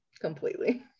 completely